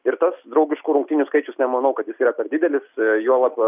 ir tas draugiškų rungtynių skaičius nemanau kad jis yra per didelis juolab